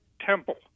Temple